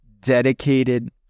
dedicated